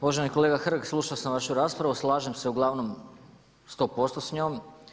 Uvaženi kolega Hrg slušao sam vašu raspravu, slažem se uglavnom 100% s njom.